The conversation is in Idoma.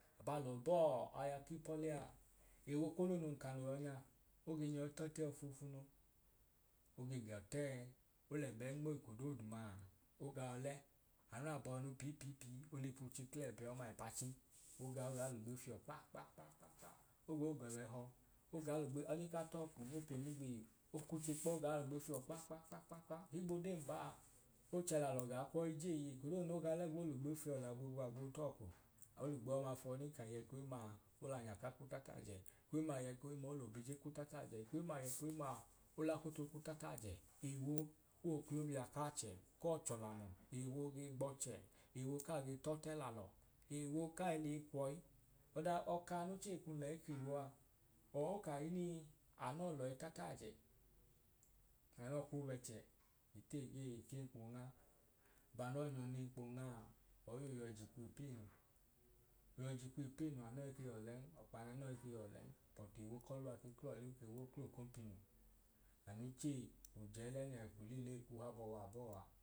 Aba lọ bọọ aya k’ipọle aa ewo kunu nun ka no yọnyaa oge nyọi tọte ofoofunu, oge g’ọtẹẹ olẹbẹ nmo eko doodumaa o ga ọle anu abọinu pii pii pii ol’epu che kl’ẹbẹ ọma ipachi oga ogai l’ugbe fiọ kpa kpa kpa kpa kpa o gboo gọ w’ẹhọ oga l’ugbe odin ka tọọ ọkwun no pieyi migbihi okwuche kpọ ogaa l’ugbe fiọ kpa kpa kpa kpa kpa, ohigb’odee mbaa oche lalọ gaa kwọi je iye eko doodu no ga ọle gboo l’ugbe fiọ liya boobu agboo tọọ ọkwu. Ol’ugbe ọma fiọ ne ka nya ekohimma ol’anyaka kwu tataajẹ, ekohimma aiyẹ ekohimma ol’obije kwu tataajẹ ekohimma aiyẹ ekohimma ol’akoto kwu tataajẹ. Ewo ow’oklobia k’achẹ kọọchọlamu. Ewo ge gbọchẹ, ewo kaa ge tọtẹ lalọ, ewo kai leyi kwọi ọda ọka no chei kun lẹyi kw’ewo a ọọ o kahinii anọọ lọyi tataaje na nọọ ku bẹchẹ tegee ekẹnkpọọ onga, aba nọọ nyọ nẹnkpọọ ongaa, ọyi oo yọi jikwu ipinu anọ ike y’ọlẹn ọkpan’anọọ ike yọọ lẹn but ewo k’ọluwa ke kl’ọlẹ ok’ewo ao kl’okompinu ano chei k’ojẹẹlẹ nẹẹ olila eyi ku habọọ wa abọọ aa